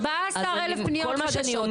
14 אלף פניות חדשות,